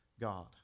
God